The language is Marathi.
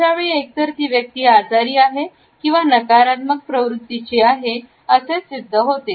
अशावेळी एक तर तो व्यक्ती आजारी आहे किंवा नकारात्मक प्रवृत्तीचा आहे असे सिद्ध होते